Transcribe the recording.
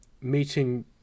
meeting